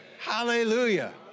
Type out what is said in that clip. Hallelujah